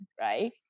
right